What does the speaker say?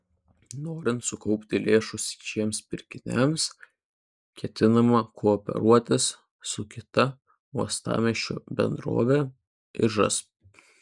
norint sukaupti lėšų šiems pirkimams ketinama kooperuotis su kita uostamiesčio bendrove ižas